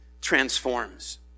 transforms